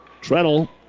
Treadle